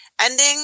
ending